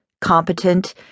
competent